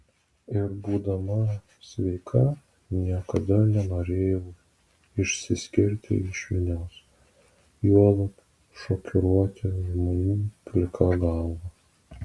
ir būdama sveika niekada nenorėjau išsiskirti iš minios juolab šokiruoti žmonių plika galva